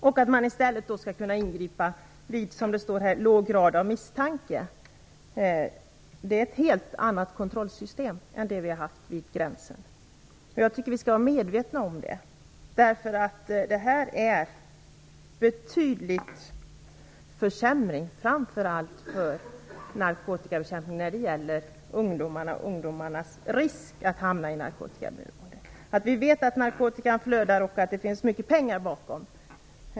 I stället skall man kunna ingripa vid låg grad av misstanke. Det är ett helt annat kontrollsystem än det vi har haft vid gränsen. Jag tycker att vi skall vara medvetna om det. Detta är en betydlig försämring av narkotikabekämpningen, framför allt när det gäller risken för ungdomar att hamna i narkotikaberoende. Vi vet att narkotikan flödar och att det finns mycket pengar bakom.